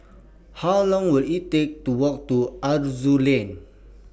How Long Will IT Take to Walk to Aroozoo Lane